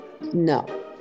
No